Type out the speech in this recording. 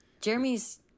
jeremy's